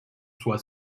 soit